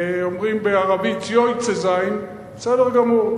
אומרים ב"ערבית" "יוצא זיין", בסדר גמור.